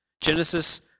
Genesis